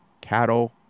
Cattle